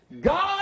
God